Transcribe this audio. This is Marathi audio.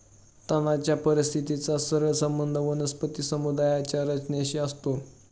तणाच्या परिस्थितीचा सरळ संबंध वनस्पती समुदायाच्या रचनेशी असतो